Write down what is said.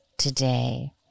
Today